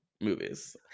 movies